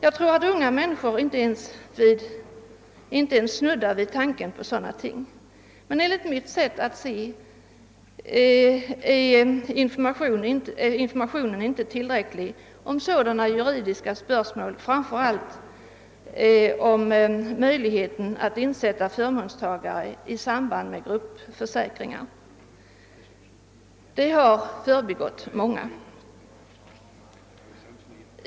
Jag tror att unga människor inte ens snuddar vid tanken på sådant. Enligt mitt sätt att se är informationen inte tillräcklig om sådana juridiska spörsmål. Framför ailt har möjligheten att insätta förmånstagare i samband med gruppförsäkringar förbigått många.